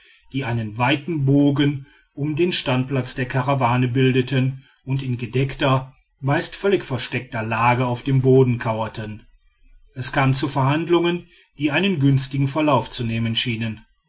die einen weiten bogen um den standplatz der karawane bildeten und in gedeckter meist völlig versteckter lage auf dem boden kauerten es kam zu verhandlungen die einen günstigen verlauf zu nehmen schienen